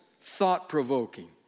thought-provoking